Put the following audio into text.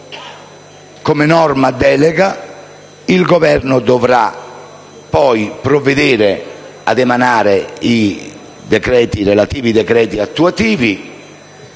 come norma delega. Il Governo dovrà, poi, provvedere ad emanare i relativi decreti attuativi;